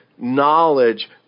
knowledge